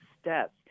steps